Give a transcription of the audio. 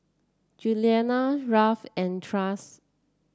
Julianna Ralph and